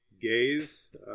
gaze